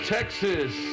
Texas